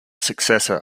successor